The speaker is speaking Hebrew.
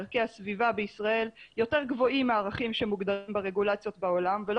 ערכי הסביבה בישראל יותר גבוהים מהערכים שמוגדרים ברגולציות בעולם ולא